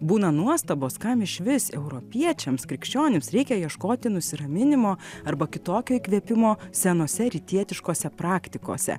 būna nuostabos kam išvis europiečiams krikščionims reikia ieškoti nusiraminimo arba kitokio įkvėpimo senose rytietiškose praktikose